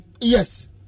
Yes